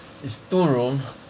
it's two room